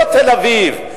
לא תל-אביב,